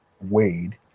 Wade